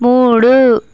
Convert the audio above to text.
మూడు